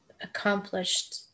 accomplished